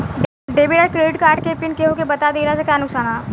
Debit या credit card PIN केहूके बता दिहला से का नुकसान ह?